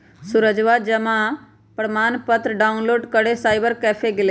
सूरजवा जमा प्रमाण पत्र डाउनलोड करे साइबर कैफे गैलय